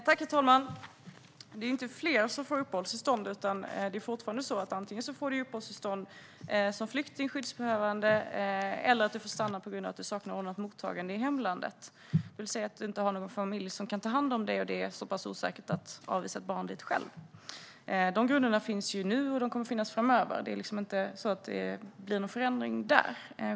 Herr talman! Det är inte fler som får uppehållstillstånd. Det är fortfarande så att du får uppehållstillstånd som antingen flykting eller skyddsbehövande, eller så får du stanna på grund av att det saknas ordnat mottagande i hemlandet. Det kan vara så att det inte finns någon som kan ta hand om ett barn och att det är osäkert att avvisa ett barn dit. De grunderna finns nu, och de kommer att finnas framöver. Det blir inte någon förändring där.